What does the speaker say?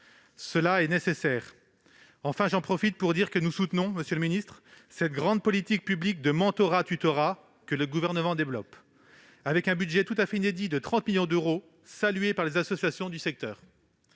il est nécessaire qu'ils soient impliqués dans ces actions. Nous soutenons, monsieur le ministre, cette grande politique publique de mentorat-tutorat que le Gouvernement développe avec un budget tout à fait inédit de 30 millions d'euros, saluée par les associations du secteur.